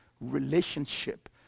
Relationship